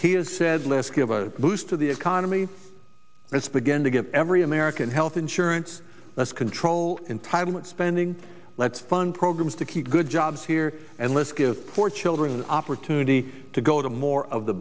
he has said let's give a boost to the economy let's begin to give every american health insurance that's control entitlement spending let's fund programs to keep good jobs here and let's give poor children an opportunity to go to more of the